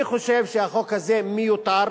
אני חושב שהחוק הזה מיותר,